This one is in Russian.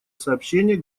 сообщение